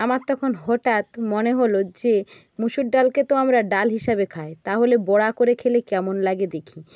আমার তখন হঠাৎ মনে হল যে মুসুর ডালকে তো আমরা ডাল হিসাবে খাই তাহলে বড়া করে খেলে কেমন লাগে দেখি